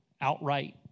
outright